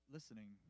Listening